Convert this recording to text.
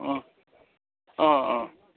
अँ अँ अँ